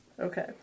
Okay